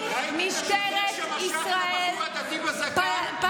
או שאת זה לא רואים?